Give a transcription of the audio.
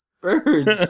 Birds